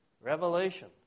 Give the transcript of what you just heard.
Revelation